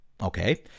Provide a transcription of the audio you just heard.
Okay